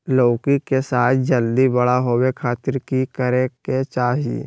लौकी के साइज जल्दी बड़ा होबे खातिर की करे के चाही?